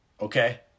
Okay